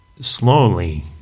slowly